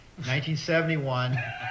1971